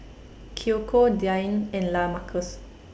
Kiyoko Diann and Lamarcus